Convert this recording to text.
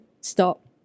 stop